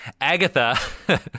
Agatha